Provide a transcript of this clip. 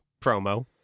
promo